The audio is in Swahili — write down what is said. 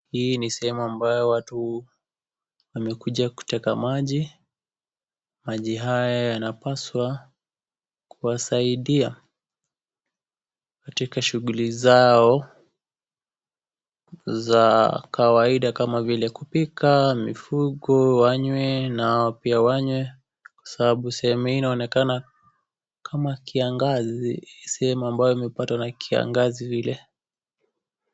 Hii ni sehemu ambayo watu, wamekuja kuteka maji, maji haya yanapaswa kuwasaidia, katika shughuli zao za kawaida kama vile kupika, mifugo, wanyue na wao pia wanyue kwa sababu sehemu hii inaonekana kama kiangazi sehemu ambayo imepatwa na kiangazi vile.